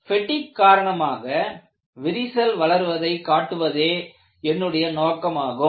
பெடிக் காரணமாக விரிசல் வளர்வதை காட்டுவதே என்னுடைய நோக்கமாகும்